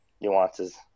nuances